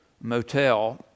motel